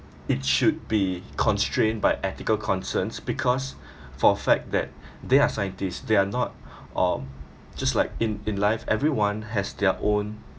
it should be constrained by ethical concerns because for a fact that they are scientists they're not um just like in in life everyone has their own